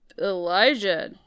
elijah